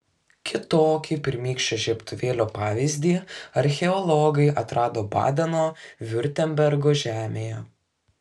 kitokį pirmykščio žiebtuvėlio pavyzdį archeologai atrado badeno viurtembergo žemėje